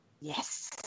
Yes